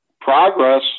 progress